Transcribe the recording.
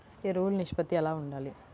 ఎరువులు నిష్పత్తి ఎలా ఉండాలి?